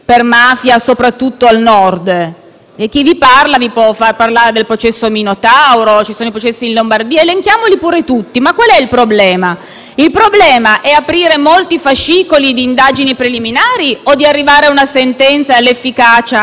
chi vi parla potrebbe far riferimento al processo Minotauro o ai processi in Lombardia. Elenchiamoli pure tutti, ma - mi chiedo - il problema è aprire molti fascicoli di indagini preliminari o arrivare ad una sentenza e all'efficacia del ruolo dello Stato?